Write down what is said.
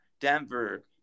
Denver